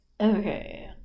Okay